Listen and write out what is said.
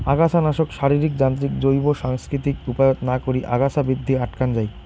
আগাছানাশক, শারীরিক, যান্ত্রিক, জৈব, সাংস্কৃতিক উপায়ত না করি আগাছা বৃদ্ধি আটকান যাই